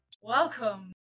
Welcome